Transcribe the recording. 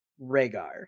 Rhaegar